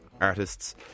artists